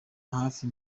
hafi